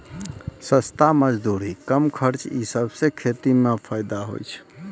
सस्ता मजदूरी, कम खर्च ई सबसें खेती म फैदा होय छै